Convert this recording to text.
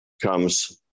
comes